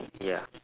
ya